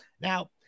Now